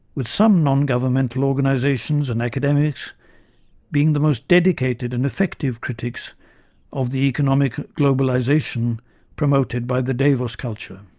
with some non-governmental organisations and academics being the most dedicated and effective critics of the economic globalisation promoted by the davos culture.